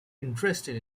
interested